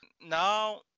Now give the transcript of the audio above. now